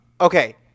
Okay